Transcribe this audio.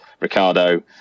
ricardo